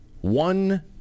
one